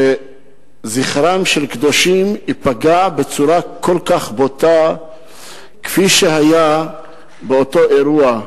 שזכרם של קדושים ייפגע בצורה כל כך בוטה כפי שהיה באותו אירוע.